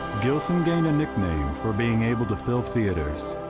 gilson gained a nickname for being able to fill theatres,